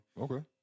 Okay